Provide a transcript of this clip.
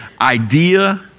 idea